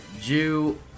Jew